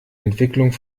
entwicklung